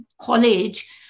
college